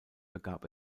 begab